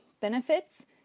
benefits